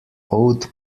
owed